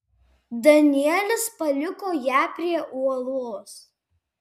danielis paliko ją prie uolos